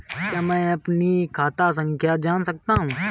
क्या मैं अपनी खाता संख्या जान सकता हूँ?